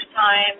time